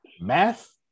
math